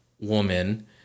woman